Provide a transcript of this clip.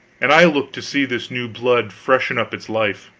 and i looked to see this new blood freshen up its life.